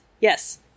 yes